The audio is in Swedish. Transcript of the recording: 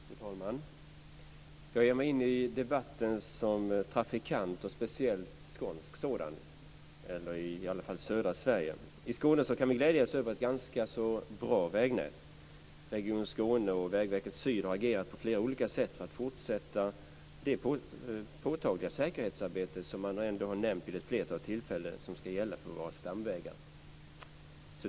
Fru talman! Jag ger mig in i debatten som trafikant, speciellt i Skåne eller i varje fall i södra Sverige. I Skåne kan vi glädjas över ett ganska bra vägnät. Region Skåne och Vägverket syd har agerat på flera olika sätt när det gäller att fortsätta med det påtagliga säkerhetsarbete som man ändå har nämnt vid ett flertal tillfällen ska gälla för våra stamvägar.